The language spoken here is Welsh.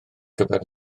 gyfer